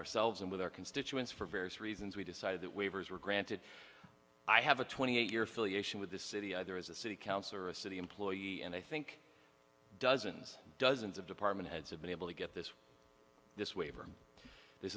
ourselves and with our constituents for various reasons we decided that waivers were granted i have a twenty eight year filiation with the city either as a city council or a city employee and i think dozens dozens of department heads have been able to get this this